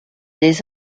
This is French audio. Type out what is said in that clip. des